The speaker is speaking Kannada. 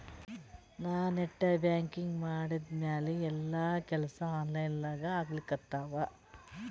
ನಾ ನೆಟ್ ಬ್ಯಾಂಕಿಂಗ್ ಮಾಡಿದ್ಮ್ಯಾಲ ಎಲ್ಲಾ ಕೆಲ್ಸಾ ಆನ್ಲೈನಾಗೇ ಆಗ್ಲಿಕತ್ತಾವ